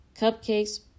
Cupcakes